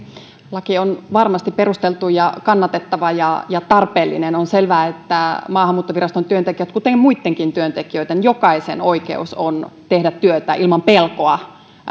laki on varmasti perusteltu ja kannatettava ja ja tarpeellinen on selvää että maahanmuuttoviraston työntekijöiden kuten muittenkin työntekijöiden jokaisen oikeus on tehdä työtä ilman pelkoa